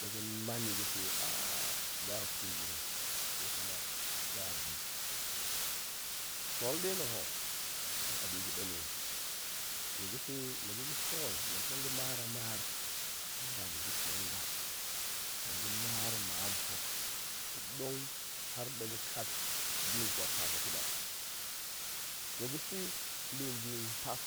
Ɗe ga̱ man i pe ga̱ a pue gurum, kokuma ga̱ a bi. sool nɗe na̱ ho, abi ga̱ ɗemen, nie ga̱fe la ga̱ ga̱ sool, la tong ga̱ maar a maar, nba ga̱ ga̱ sool ba, tong ga̱ maar- maar hok ta̱ ɗong har ɗe ga̱ kat bi nkwap pas hok i ba, nie ga̱fe nɗin bi pas,